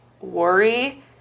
worry